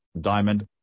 diamond